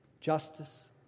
Justice